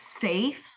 safe